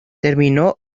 terminó